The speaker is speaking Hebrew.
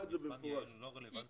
את מבחן יע"ל, היא אמרה את זה במפורש.